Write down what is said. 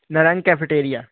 Narang cafeteria